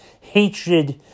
hatred